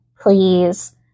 Please